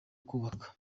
kubaka